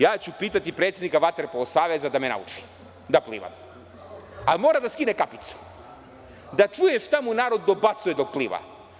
Ja ću pitati predsednika Vaterpolo saveza da me nauči da plivam, ali mora da skine kapicu da čuje šta mu narod dobacuje dok pliva.